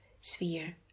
sphere